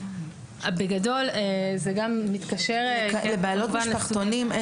בגדול זה גם מתקשר למשפחתונים.